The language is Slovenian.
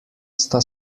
sta